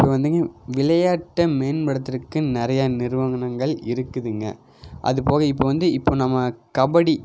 இப்போ வந்துங்க விளையாட்டை மேம்படுத்துறதுக்கு நிறையா நிறுவனங்கள் இருக்குதுங்க அதுப்போக இப்போ வந்து இப்போது நம்ம கபடி